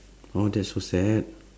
!aww! that's so sad